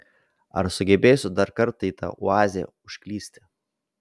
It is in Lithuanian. ar sugebėsiu dar kartą į tą oazę užklysti